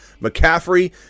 McCaffrey